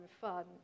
fun